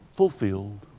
fulfilled